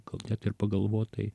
gal net ir pagalvot tai